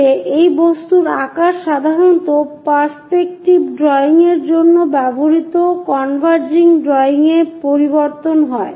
এতে এই বস্তুর আকার সাধারণত পার্সপেক্টিভ ড্রয়িং এর জন্য ব্যবহৃত কনভারজিং ড্রয়িং এ পরিবর্তন হয়